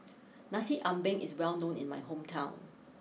Nasi Ambeng is well known in my hometown